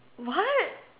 what